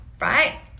right